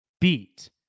beat